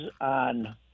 on –